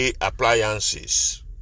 appliances